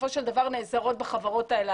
בסופו של דבר נעזרות בחברות האלו,